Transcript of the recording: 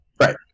Right